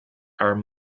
are